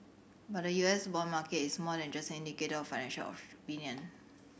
but the U S bond market is more than just an indicator of financial opinion